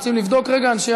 רוצים לבדוק, אנשי